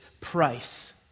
price